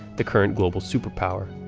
the current global superpower.